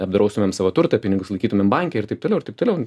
apdraustumėm savo turtą pinigus laikytumėm banke ir taip toliau ir taip toliau